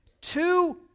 two